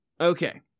okay